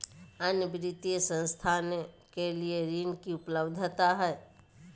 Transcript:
अन्य वित्तीय संस्थाएं के लिए ऋण की उपलब्धता है?